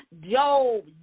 Job